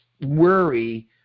worry